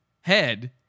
head